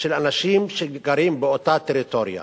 לאנשים שגרים באותה טריטוריה.